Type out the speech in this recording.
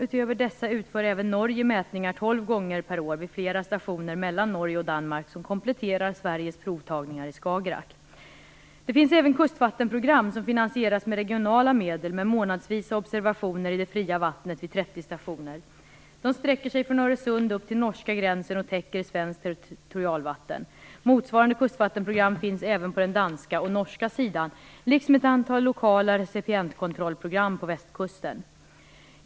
Utöver dessa utför även Norge mätningar 12 gånger per år vid flera stationer mellan Norge och Danmark som kompletterar Sveriges provtagningar i Skagerrak. Det finns även kustvattenprogram som finansieras med regionala medel med månadsvisa observationer i det fria vattnet vid 30 stationer. De sträcker sig från Öresund upp till norska gränsen och täcker svenskt territorialvatten. Motsvarande kustvattenprogram finns även på den danska och norska sidan, liksom ett antal lokala recipientkontrollprogram på västkusten.